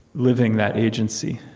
living that agency.